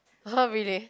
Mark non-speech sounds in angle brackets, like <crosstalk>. <noise> really